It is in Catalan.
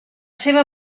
seva